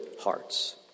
hearts